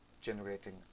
generating